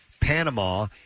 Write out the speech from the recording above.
Panama